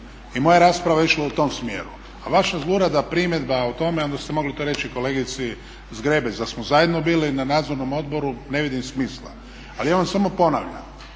I moja rasprava je išla u tom smjeru. A vaša zlurada primjedba o tome, onda ste mogli to reći kolegici Zgrebec da smo zajedno bili na nadzornom odboru, ne vidim smisla. Ali ja vam samo ponavljam,